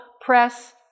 press